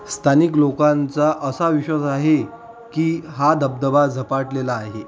स्थानिक लोकांचा असा विश्वास आहे की हा धबधबा झपाटलेला आहे